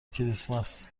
کریسمس